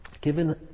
given